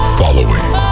following